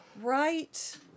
Right